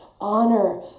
honor